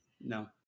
No